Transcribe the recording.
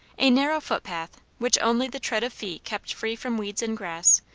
a narrow footpath, which only the tread of feet kept free from weeds and grass,